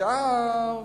ועכשיו